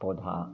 पौधा